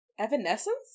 evanescence